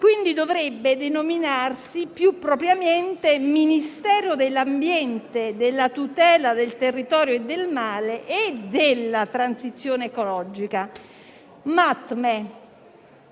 Quindi esso dovrebbe denominarsi, più propriamente, Ministero dell'ambiente, della tutela del territorio e del mare e della transizione ecologica "Mattme".